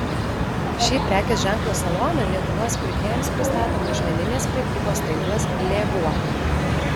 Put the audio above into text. šį prekės ženklo saloną lietuvos pirkėjams pristato mažmeninės prekybos tinklas lėvuo